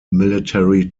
military